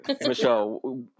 Michelle